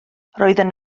roedden